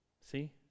see